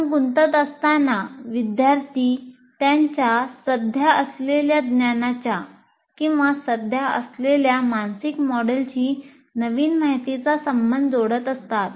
आपण गुंतत असताना विद्यार्थी त्यांच्या सध्या असलेल्या ज्ञानाच्या किंवा सध्या असलेल्या मानसिक मॉडेलशी नवीन माहितीचा संबंध जोडत असतात